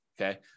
Okay